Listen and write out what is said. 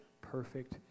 perfect